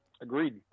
Agreed